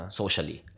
socially